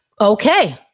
Okay